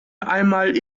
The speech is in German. einmal